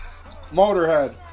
Motorhead